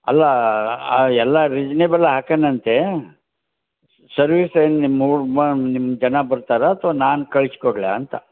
ಅಲ್ಲ ಎಲ್ಲ ರಿಜನೇಬಲ್ ಹಾಕ್ಯಾನಂತೆ ಸರ್ವೀಸ್ ಹೆಂಗೆ ನಿಮ್ಮ ಬಂದು ನಿಮ್ಮ ಜನ ಬರ್ತಾರೆ ಅಥ್ವಾ ನಾನು ಕಳ್ಸಿ ಕೊಡಲಾ ಅಂತ